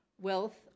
wealth